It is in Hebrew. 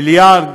מיליארד